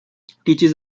teaches